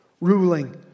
ruling